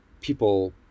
people